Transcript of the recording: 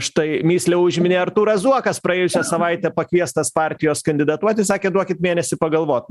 štai mįslę užminė artūras zuokas praėjusią savaitę pakviestas partijos kandidatuoti sakė duokit mėnesį pagalvot